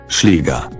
Schläger